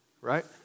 right